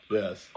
yes